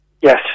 Yes